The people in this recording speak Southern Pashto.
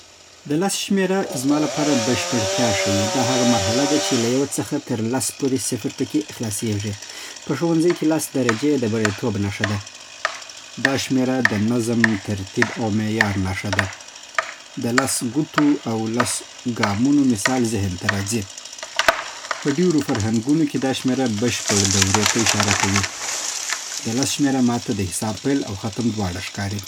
د لس شمېره زما لپاره بشپړتیا ښيي. دا هغه مرحله ده چې له یوه څخه تر لس پورې سفر پکې خلاصېږي. په ښوونځي کې لس درجې د بریالیتوب نښه ده. دا شمېره د نظم، ترتیب او معیار نښه ده. د لس ګوتو او لسو ګامونو مثال ذهن ته راځي. په ډېرو فرهنګونو کې دا شمېره بشپړ دورې ته اشاره کوي. د لس شمېره ماته د حساب پیل او ختم دواړه ښکاري.